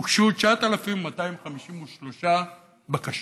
הוגשו 9,253 בקשות.